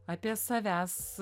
apie savęs